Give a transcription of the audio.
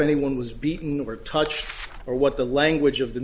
anyone was beaten were touched or what the language of the